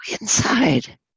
inside